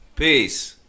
Peace